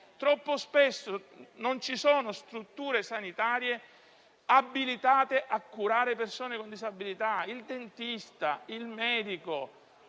Troppo spesso non ci sono strutture sanitarie abilitate a curare persone con disabilità, quali un dentista o un medico.